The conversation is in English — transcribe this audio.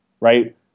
right